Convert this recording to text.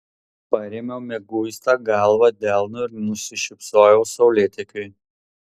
parėmiau mieguistą galvą delnu ir nusišypsojau saulėtekiui